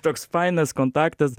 toks fainas kontaktas